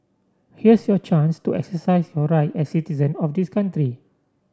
here's your chance to exercise your right as citizen of this country